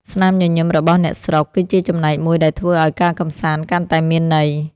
ស្នាមញញឹមរបស់អ្នកស្រុក គឺជាចំណែកមួយដែលធ្វើឱ្យការកម្សាន្តកាន់តែមានន័យ។